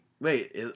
Wait